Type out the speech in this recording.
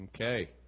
Okay